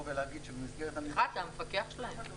סליחה, אתה המפקח שלהם.